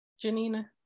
Janina